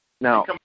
Now